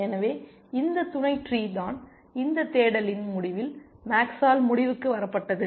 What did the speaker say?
எனவே இந்த துணை ட்ரீ தான் இந்த தேடலின் முடிவில் மேக்சால் முடிவுக்கு வரப்பட்டது